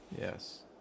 Yes